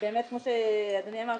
כמו שאדוני אמר,